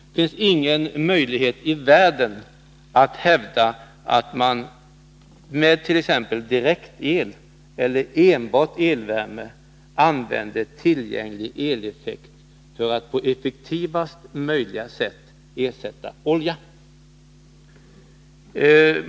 Det finns ingen möjlighet i världen att med t.ex. direktel, eller enbart elvärme, använda tillgänglig eleffekt på effektivaste sätt för att ersätta oljan.